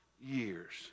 years